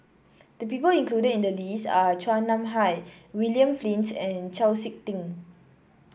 the people included in the list are Chua Nam Hai William Flint and Chau SiK Ting